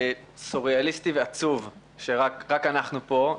סוריאליסטי ועצוב שרק אנחנו פה.